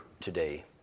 today